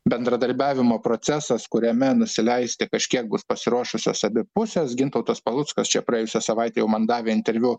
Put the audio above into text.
bendradarbiavimo procesas kuriame nusileisti kažkiek bus pasiruošusios abi pusės gintautas paluckas čia praėjusią savaitę jau man davė interviu